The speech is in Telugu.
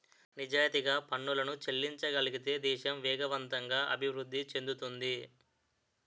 నిజాయితీగా పనులను చెల్లించగలిగితే దేశం వేగవంతంగా అభివృద్ధి చెందుతుంది